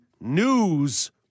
news